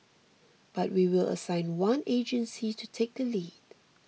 but we will assign one agency to take the lead